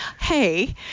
hey